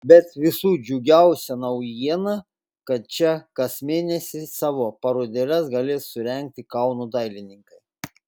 bet visų džiugiausia naujiena kad čia kas mėnesį savo parodėles galės surengti kauno dailininkai